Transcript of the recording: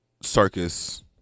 circus